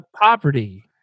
poverty